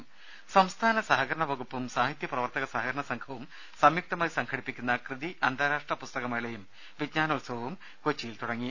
ദേദ സംസ്ഥാന സഹകരണവകുപ്പും സാഹിത്യ പ്രവർത്തക സഹകരണ സംഘവും സംയുക്തമായി സംഘടിപ്പിക്കുന്ന കൃതി അന്താരാഷ്ട്ര പുസ്തക മേളയും വിജ്ഞാനോത്സവവും കൊച്ചിയിൽ തുടങ്ങി